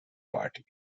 party